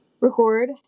record